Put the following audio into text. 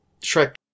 Shrek